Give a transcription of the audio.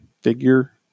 Figure